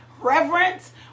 Reverence